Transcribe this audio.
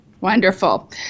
Wonderful